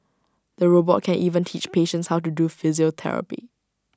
the robot can even teach patients how to do physiotherapy